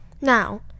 now